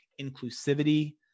inclusivity